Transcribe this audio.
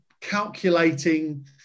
calculating